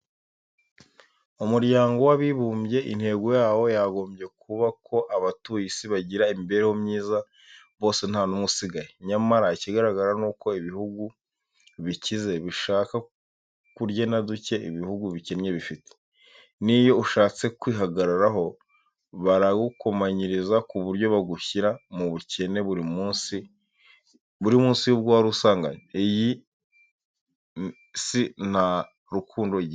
Umuryango w'abibumbye, intego yawo yagombye kuba ko abatuye isi bagira imibereho myiza, bose nta n'umwe usigaye. Nyamara ikigaragara ni uko ibihugu bikize bishaka kurya na duke ibihugu bikennye bifite. N'iyo ushatse kwihagararaho, baragukomanyiriza, ku buryo bagushyira mu bukene buri munsi y'ubwo warusanganwe. Iyi si nta rukundo igira.